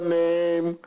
name